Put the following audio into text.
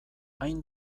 hain